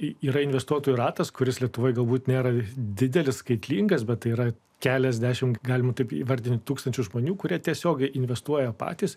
yra investuotojų ratas kuris lietuvoje galbūt nėra didelis skaitlingas bet yra keliasdešimt galima taip įvardinti tūkstančius žmonių kurie tiesiogiai investuoja patys